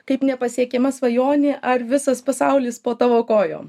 kaip nepasiekiama svajonė ar visas pasaulis po tavo kojom